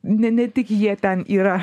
ne ne tik jie ten yra